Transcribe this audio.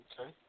Okay